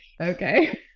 Okay